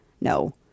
No